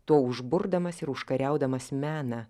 tuo užburdamas ir užkariaudamas meną